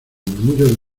murmullo